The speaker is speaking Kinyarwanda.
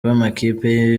b’amakipe